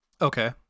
Okay